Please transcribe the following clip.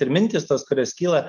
ir mintys tos kurios kyla